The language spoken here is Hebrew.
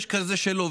ויש כזה שלא.